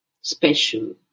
special